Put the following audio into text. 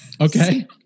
Okay